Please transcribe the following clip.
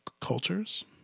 cultures